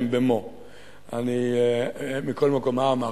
מה אמרת?